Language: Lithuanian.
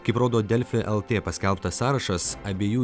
kaip rodo delfi lt paskelbtas sąrašas abiejų